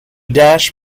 dash